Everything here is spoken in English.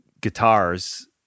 guitars